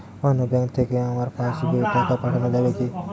অন্য ব্যাঙ্ক থেকে আমার পাশবইয়ে টাকা পাঠানো যাবে কি?